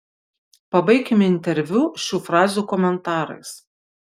pabaikime interviu šių frazių komentarais